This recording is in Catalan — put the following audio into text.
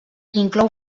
inclou